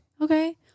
Okay